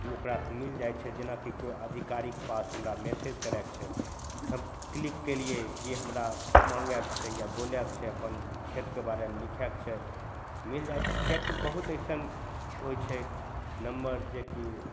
तऽ ओ ओकरा मिलि जाइ छै जेनाकि कोइ अधिकारीके पास हमरा मैसेज करैके छै तऽ हम क्लिक केलिए जे हमरा माँगैके छै या बोलैके छै अपन क्षेत्रके बारेमे लिखैके छै मिलि जाइ छै किएकि बहुत अइसन होइ छै नम्बर जेकि